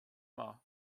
maith